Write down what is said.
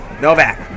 Novak